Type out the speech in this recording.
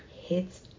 hits